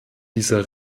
dieser